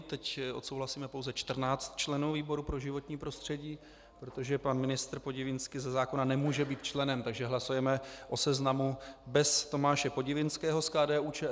Teď odsouhlasíme pouze 14 členů výboru pro životní prostředí, protože pan ministr Podivínský ze zákona nemůže být členem, takže hlasujeme o seznamu bez Tomáše Podivínského z KDUČSL.